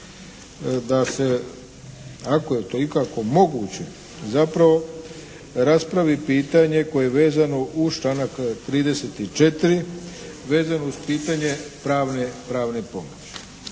da se ako je to ikako moguće zapravo raspravi pitanje koje je vezano uz članak 34. vezano uz pitanje pravne pomoći.